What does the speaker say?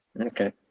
Okay